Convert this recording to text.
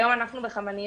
כיום אנחנו בחמניות,